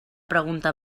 pregunta